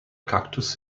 cactus